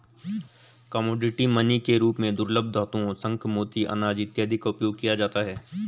commodity money के रूप में दुर्लभ धातुओं शंख मोती अनाज इत्यादि का उपयोग किया जाता है